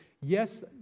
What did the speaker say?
yes